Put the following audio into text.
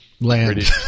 Land